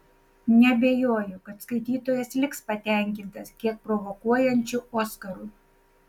neabejoju kad skaitytojas liks patenkintas kiek provokuojančiu oskaru